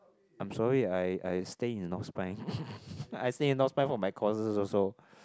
I'm sorry I I stay in North Spine I stay in North Spine for my courses also